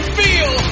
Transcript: feel